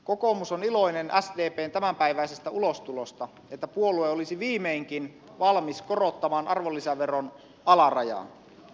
kokoomus on iloinen sdpn tämänpäiväisestä ulostulosta että puolue olisi viimeinkin valmis korottamaan arvonlisäveron alarajaa